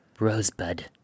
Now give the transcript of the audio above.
Rosebud